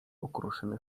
okruszyny